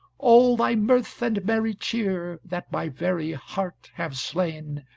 all thy mirth and merry cheer, that my very heart have slain,